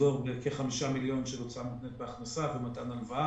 תסגור בכ-5 מיליון של הוצאה מותנית בהכנסה ומתן הלוואה.